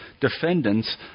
defendants